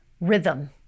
rhythm